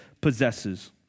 possesses